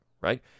right